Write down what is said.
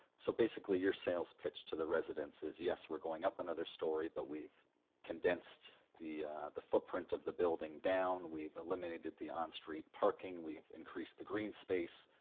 so basically your sales pitch to the residents is yes, we're going up another story, but we've condensed the the footprint of the building down, we've eliminated the on street parking, we've increased the green space,